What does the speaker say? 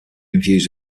confused